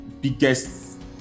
biggest